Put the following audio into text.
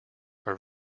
are